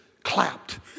clapped